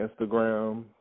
Instagram